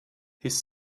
his